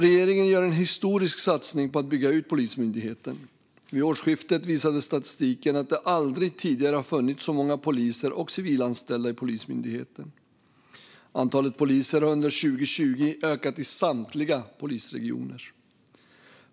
Regeringen gör en historisk satsning på att bygga ut Polismyndigheten. Vid årsskiftet visade statistiken att det aldrig tidigare har funnits så många poliser och civilanställda i Polismyndigheten. Antalet poliser har under 2020 ökat i samtliga polisregioner.